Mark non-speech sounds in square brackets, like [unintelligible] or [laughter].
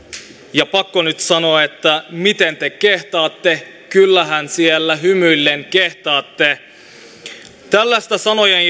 ja pakko nyt sanoa että miten te kehtaatte kyllähän siellä hymyillen kehtaatte tällaista sanojen [unintelligible]